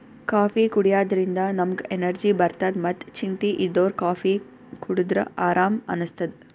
coffee ಕುಡ್ಯದ್ರಿನ್ದ ನಮ್ಗ್ energy ಬರ್ತದ್ ಮತ್ತ್ ಚಿಂತಿ ಇದ್ದೋರ್ ಕಾಫೀ ಕುಡದ್ರ್ ಆರಾಮ್ ಅನಸ್ತದ್